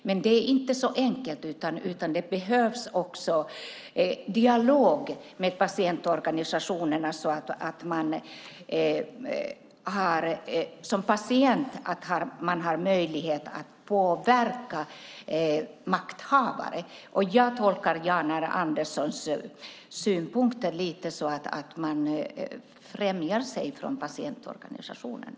Men det är inte så enkelt, utan det behövs också dialog med patientorganisationerna så att man som patient har möjlighet att påverka makthavare. Jag tolkar Jan R Anderssons synpunkter lite som att man fjärmar sig från patientorganisationerna.